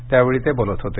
त्यावेळी ते बोलत होते